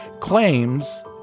claims